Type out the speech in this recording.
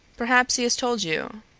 perhaps he has told you.